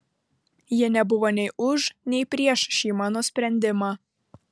jie nebuvo nei už nei prieš šį mano sprendimą